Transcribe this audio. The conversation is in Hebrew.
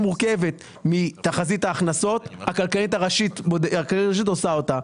מתחזית ההכנסות, הכלכלנית הראשית עושה אותה.